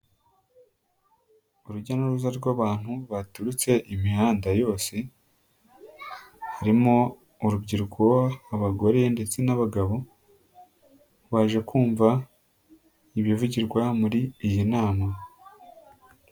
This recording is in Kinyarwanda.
Urujya n'uruza rw'abantu baturutse imihanda yose, harimo: urubyiruko, abagore ndetse n'abagabo, baje kumva ibivugirwa muri iyi nama.